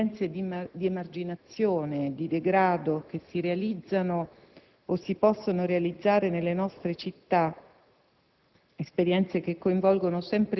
ci consenta di dire che le esperienze di emarginazione e di degrado che si realizzano o si possono realizzare nelle nostre città,